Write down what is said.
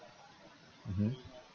mmhmm